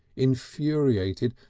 infuriated,